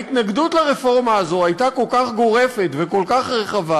ההתנגדות לרפורמה הזאת הייתה כל כך גורפת וכל כך רחבה